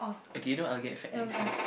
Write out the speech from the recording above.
okay you know what I will get fat next time